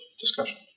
discussion